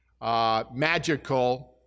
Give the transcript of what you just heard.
magical